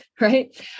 right